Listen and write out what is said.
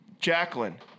Jacqueline